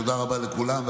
תודה רבה לכולם,